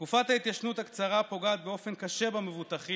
תקופת ההתיישנות הקצרה פוגעת באופן קשה במבוטחים